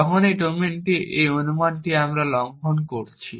তখন এই ডোমেনটি এই অনুমানটি আমরা লঙ্ঘন করছি